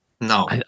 no